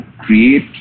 create